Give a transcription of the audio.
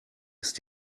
ist